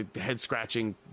head-scratching